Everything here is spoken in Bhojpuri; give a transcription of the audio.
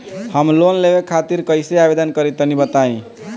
हम लोन लेवे खातिर कइसे आवेदन करी तनि बताईं?